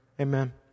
Amen